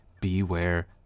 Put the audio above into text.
Beware